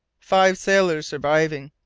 five sailors surviving.